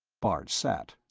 bart sat.